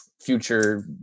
future